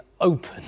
open